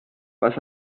was